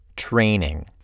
training